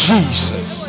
Jesus